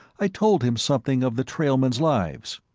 i told him something of the trailmen's lives.